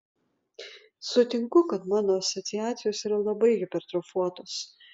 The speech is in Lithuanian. sutinku kad mano asociacijos yra labai hipertrofuotos